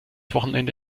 wochenende